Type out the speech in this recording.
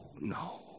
no